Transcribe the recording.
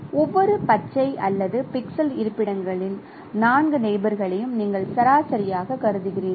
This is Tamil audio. ஒவ்வொரு பச்சை அல்லாத பிக்சல் இருப்பிடங்களின் 4 நெயிபோர்களையும் நீங்கள் சராசரியாகக் கருதுகிறீர்கள்